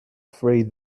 free